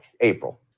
April